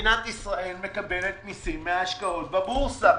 מדינת ישראל מקבלת מיסים מההשקעות בבורסה,